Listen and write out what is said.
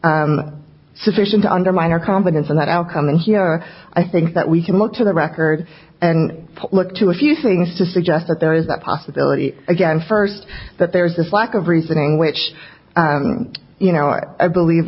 sufficient to undermine our confidence in that outcome and here i think that we can look to the record and look to a few things to suggest that there is a possibility again first that there's this lack of reasoning which you know i believe